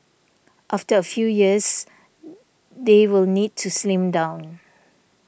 after a few years they will need to slim down